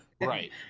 Right